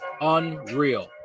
unreal